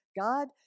God